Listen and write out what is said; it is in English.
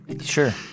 Sure